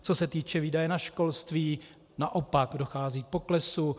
Co se týče výdajů na školství, naopak dochází k poklesu.